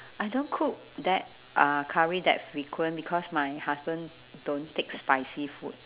I don't cook that uh curry that frequent because my husband don't take spicy food